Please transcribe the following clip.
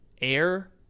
Air